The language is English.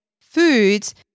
foods